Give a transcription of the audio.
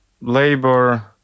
labor